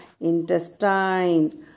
intestine